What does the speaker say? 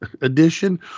edition